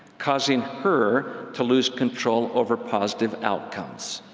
causing her to lose control over positive outcomes.